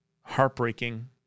heartbreaking